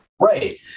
right